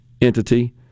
entity